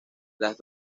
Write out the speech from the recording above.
las